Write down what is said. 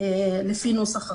לפי נוסח החוק,